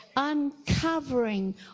uncovering